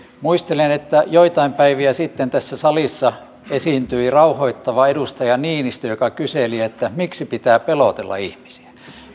muistelen että joitain päiviä sitten tässä salissa esiintyi rauhoittava edustaja niinistö joka kyseli miksi pitää pelotella ihmisiä